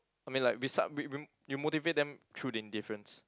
I mean like we sa~ we we you motivate them through the indifference